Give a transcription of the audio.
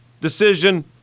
decision